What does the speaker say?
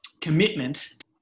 commitment